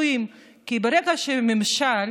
למחות מול הממשלה,